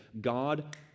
God